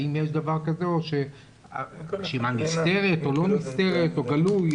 האם יש דבר כזה, רשימה נסתרת או לא נסתרת או גלוי?